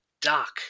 duck